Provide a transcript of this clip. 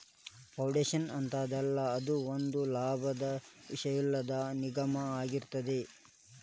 foundation ಅಂತದಲ್ಲಾ, ಅದು ಒಂದ ಲಾಭೋದ್ದೇಶವಿಲ್ಲದ್ ನಿಗಮಾಅಗಿರ್ತದ